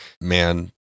man